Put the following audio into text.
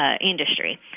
industry